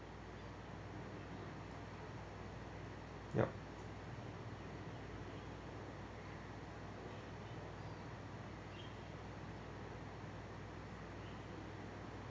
yup